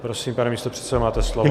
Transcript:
Prosím, pane místopředsedo, máte slovo.